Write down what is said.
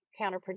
counterproductive